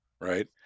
right